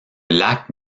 lac